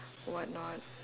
what not